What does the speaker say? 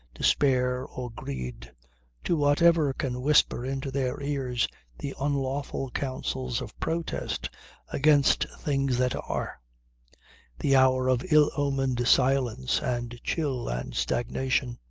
despair or greed to whatever can whisper into their ears the unlawful counsels of protest against things that are the hour of ill omened silence and chill and stagnation,